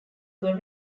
were